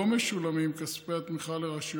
לא משולמים כספי התמיכה לרשות